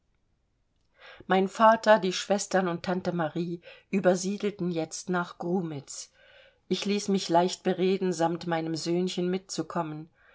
mein vater die schwestern und tante marie übersiedelten jetzt nach grumitz ich ließ mich leicht bereden samt meinem söhnchen mitzukommen